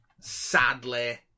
sadly